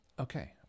Okay